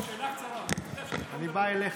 (הישיבה נפסקה בשעה 18:19 ונתחדשה בשעה 18:26.) תודה רבה.